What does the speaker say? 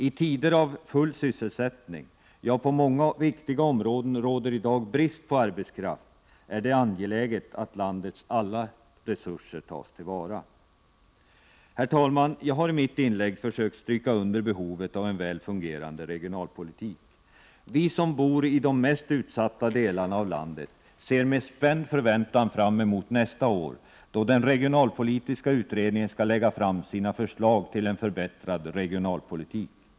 I tider av full sysselsättning — ja, på många viktiga områden råder i dag brist på arbetskraft — är det angeläget att landets alla resurser tas till vara. Herr talman! Jag har i mitt inlägg försökt stryka under behovet av en väl fungerande regionalpolitik. Vi som bor i de mest utsatta delarna av landet ser med spänd förväntan fram emot nästa år, då den regionalpolitiska utredningen skall lägga fram sina förslag till en förbättrad regionalpolitik.